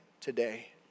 today